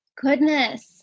Goodness